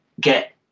get